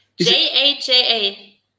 J-A-J-A